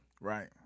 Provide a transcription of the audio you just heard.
Right